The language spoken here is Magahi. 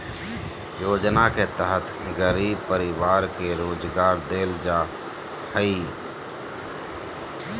योजना के तहत गरीब परिवार के रोजगार देल जा हइ